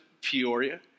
Peoria